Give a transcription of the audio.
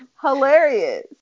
hilarious